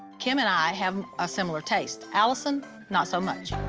kim and i have a similar taste. allisyn not so much.